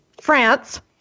France